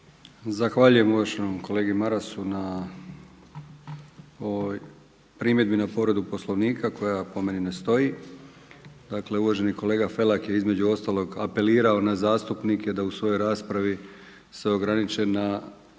Zahvaljujem uvaženom kolegi Marasu na ovoj primjedbi na povredu Poslovnika koja po meni ne stoji. Dakle, uvaženi kolega Felak je između ostalog apelirao na zastupnike da u svojoj raspravi se ograniče na